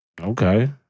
Okay